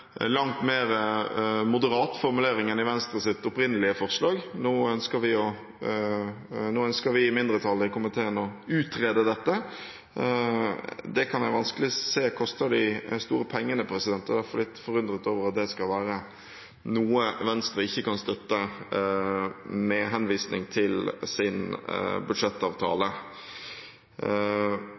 langt mer moderat formulering enn i Venstres opprinnelige forslag. Nå ønsker vi i mindretallet i komiteen å utrede dette. Det kan jeg vanskelig se koster de store pengene, og jeg er derfor litt forundret over at det skal være noe Venstre ikke kan støtte, med henvisning til sin budsjettavtale.